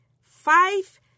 five